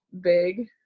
big